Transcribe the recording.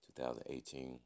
2018